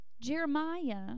Jeremiah